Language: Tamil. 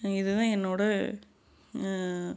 இது தான் என்னோடய